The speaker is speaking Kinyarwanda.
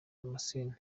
damascene